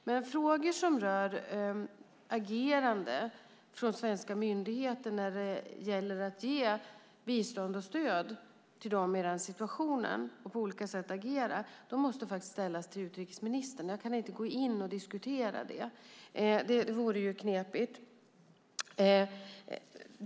Men frågor som rör agerande från svenska myndigheter när det gäller att ge bistånd och stöd till dem i den situationen och på olika sätt agera måste ställas till utrikesministern. Jag kan inte gå in och diskutera det. Det vore knepigt.